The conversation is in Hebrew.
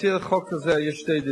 הן לא משפרות את איכות החיים של האנשים.